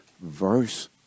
verse